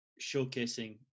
showcasing